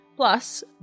Plus